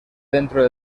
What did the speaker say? dentro